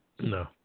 No